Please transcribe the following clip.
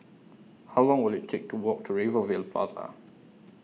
How Long Will IT Take to Walk to Rivervale Plaza